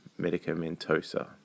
medicamentosa